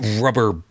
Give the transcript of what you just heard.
rubber